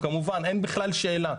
כמובן, אין בכלל שאלה.